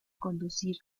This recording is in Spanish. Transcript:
conducir